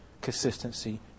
consistency